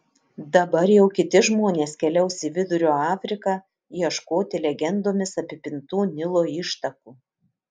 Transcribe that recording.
dabar jau kiti žmonės keliaus į vidurio afriką ieškoti legendomis apipintų nilo ištakų